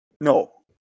No